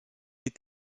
est